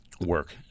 work